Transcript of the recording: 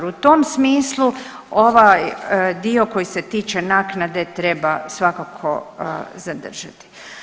U tom smislu, ovaj dio koji se tiče naknade treba svakako zadržati.